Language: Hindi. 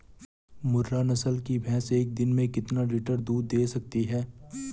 मुर्रा नस्ल की भैंस एक दिन में कितना लीटर दूध दें सकती है?